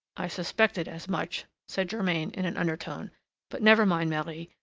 i suspected as much, said germain in an undertone but never mind, marie,